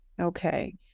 Okay